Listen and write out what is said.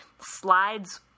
slides